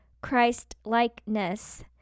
Christ-likeness